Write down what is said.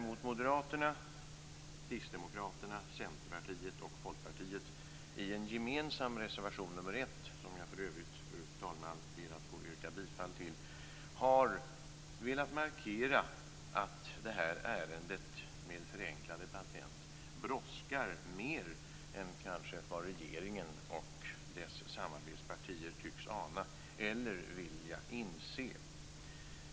Folkpartiet har däremot i en gemensam reservation, nr 1 - som jag för övrigt, fru talman, ber att få yrka bifall till - velat markera att det här ärendet med förenklade patent brådskar mer än vad regeringen och dess samarbetspartier tycks ana eller vilja inse.